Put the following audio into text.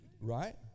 right